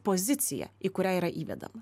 poziciją į kurią yra įvedama